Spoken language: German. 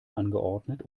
angeordnet